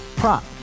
prop